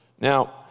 Now